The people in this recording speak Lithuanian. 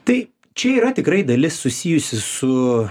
tai čia yra tikrai dalis susijusi su